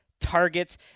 targets